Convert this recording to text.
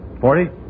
forty